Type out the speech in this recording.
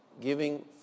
giving